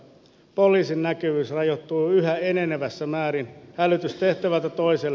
poliisin näkyvyys rajoittuu yhä enenevässä määrin välitystehtävä toisin